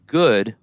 good